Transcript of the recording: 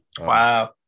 Wow